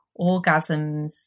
orgasms